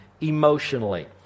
emotionally